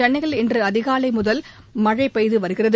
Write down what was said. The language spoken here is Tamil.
சென்னையில் இன்று அதிகாலை முதல் மழை பெய்து வருகிறது